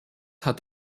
hat